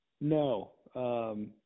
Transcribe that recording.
No